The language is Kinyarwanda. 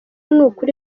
n’ukuri